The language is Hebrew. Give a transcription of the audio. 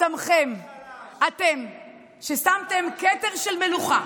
חברת הכנסת מיכל מרים וולדיגר, בבקשה.